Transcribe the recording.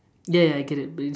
ya ya I get it but